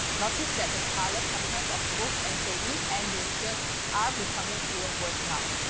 notice that the color contrast of both anchovy and delicious are becoming even worse now.